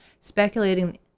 speculating